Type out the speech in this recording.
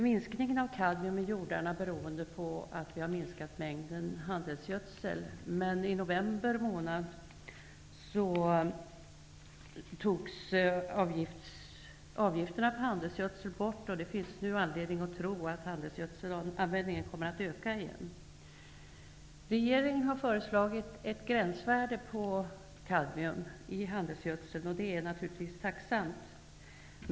Minskningen av kadmium i jordarna beror på att vi har minskat mängden handelsgödsel, men i november månad togs avgifterna på handelsgödsel bort, och det finns nu anledning att tro att användningen av handelsgödsel kommer att öka igen. Regeringen har föreslagit ett gränsvärde för kadmium i handelsgödsel, och det är naturligtvis tacknämligt.